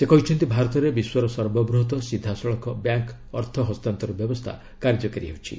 ସେ କହିଛନ୍ତି ଭାରତରେ ବିଶ୍ୱର ସର୍ବବୃହତ ସିଧାସଳଖ ବ୍ୟାଙ୍କ ଅର୍ଥ ହସ୍ତାନ୍ତର ବ୍ୟବସ୍ଥା କାର୍ଯ୍ୟକାରୀ ହେଉଛି